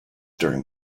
during